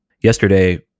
yesterday